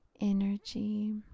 energy